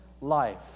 life